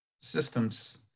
systems